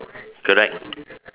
correct